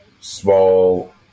small